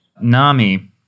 Nami